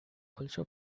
also